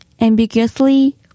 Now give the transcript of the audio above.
ambiguously